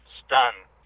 stunned